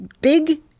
Big